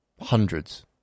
hundreds